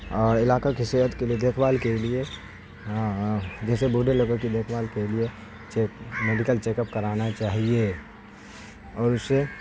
اور علاقہ کی صحت کے لیے دیکھ بھال کے لیے جیسے بوڑھے لوگوں کی دیکھ بھال کے لیے میڈیکل چیک اپ کرانا چاہیے اور اسے